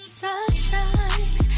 sunshine